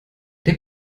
der